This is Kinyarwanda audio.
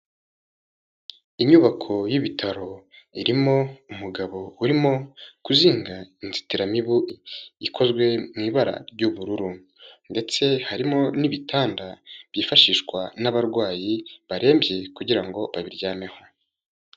Inyubako y'ibitaro irimo umugabo urimo kuzinga inzitiramibu ikozwe mu ibara ry'ubururu ndetse harimo n'ibitanda byifashishwa n'abarwayi barembye kugira ngo babiryameho.